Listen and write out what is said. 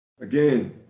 Again